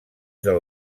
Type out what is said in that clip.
del